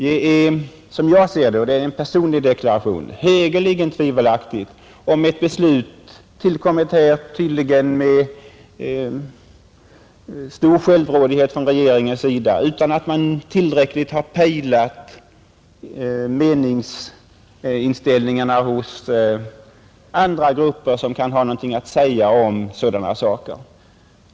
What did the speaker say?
Det är som jag ser det — och det är en personlig deklaration — en högeligen tivelaktig åtgärd, ett beslut tillkommet med stor självrådighet från regeringens sida utan att man tillräckligt pejlat meningsinställningarna hos andra grupper som har något att säga om dessa saker.